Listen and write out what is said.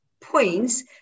points